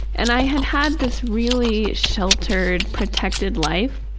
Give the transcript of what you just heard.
and i had had this really sheltered, protected life,